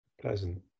pleasant